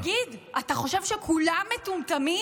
תגיד, אתה חושב שכולם מטומטמים?